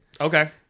Okay